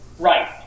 Right